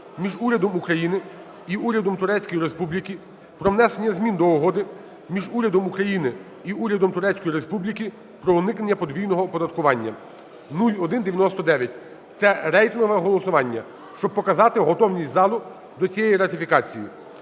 між Урядом України і Урядом Турецької Республіки про внесення змін до Угоди між Урядом України і Урядом Турецької Республіки про уникнення подвійного оподаткування (0199). Це рейтингове голосування, щоб показати готовність залу до цієї ратифікації.